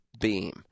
beam